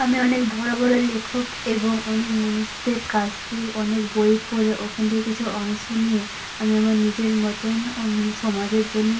আমি অনেক বড়ো বড়ো লেখক এবং অনেক মনীষীদের কাছ থেকে অনেক বই পড়ে ওখান থেকে কিছু অংশ নিয়ে আমি আমার নিজের মতন অং সমাজের জন্য